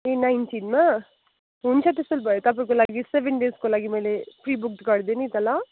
ए नाइन्टिनमा हुन्छ त्यसो भए तपाईँको लागि सेभेन डेसको लागि मैले प्रि बुक्ड गरिदिएँ नि त ल